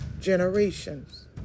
generations